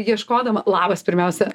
ieškodama labas pirmiausia